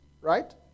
right